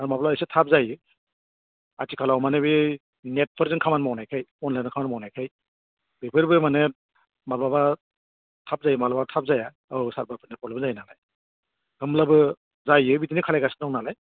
आरो माब्लाबा एसे थाब जायो आथिखालाव माने बे नेटफोरजों खामानि मावनायखाय अनलाइनाव खामानि मावनायखाय बेफोरबो माने माब्लाबा थाब जायो माब्लाबा थाब जाया अ सार्भारफोरनि प्रब्लेम जायो नालाय होनब्लाबो जायो बिदिनो खालामगासिनो दं नालाय